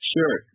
Sure